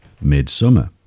midsummer